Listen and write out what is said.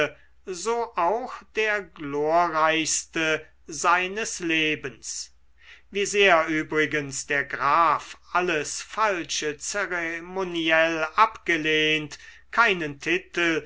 so auch der glorreichste seines lebens wie sehr übrigens der graf alles falsche zeremoniell abgelehnt keinen titel